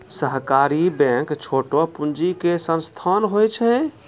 सहकारी बैंक छोटो पूंजी के संस्थान होय छै